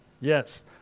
Yes